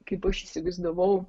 kaip aš įsivaizdavau